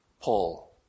Paul